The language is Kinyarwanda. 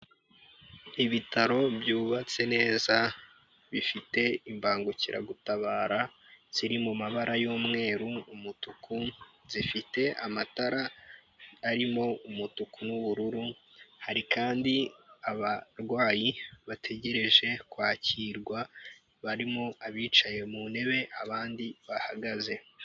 Ibitaro byubatse neza bifite imbangukiragutabara ziri mu mabara y'umweru, umutuku zifite amatara arimo umutuku n'ubururu, hari kandi abarwayi bategereje kwakirwa barimo abicaye mu ntebe abandi bahagaze.